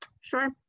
Sure